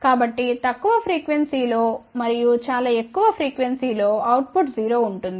కాబట్టి తక్కువ ఫ్రీక్వెన్సీలో మరియు చాలా ఎక్కువ ఫ్రీక్వెన్సీలో అవుట్ పుట్ 0 ఉంటుంది